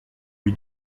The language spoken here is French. lui